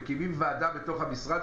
מקימים ועדה בתוך המשרד,